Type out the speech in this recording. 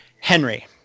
Henry